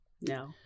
No